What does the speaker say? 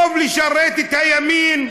הוא טוב לשרת את הימין.